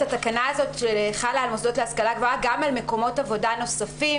התקנה שחלה על מוסדות להשכלה גבוהה גם על מקומות עבודה נוספים